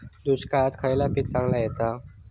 दुष्काळात खयला पीक चांगला येता?